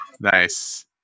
nice